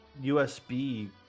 USB